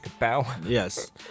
Yes